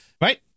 Right